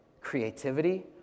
creativity